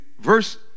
verse